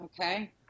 Okay